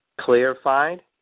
Clarified